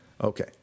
Okay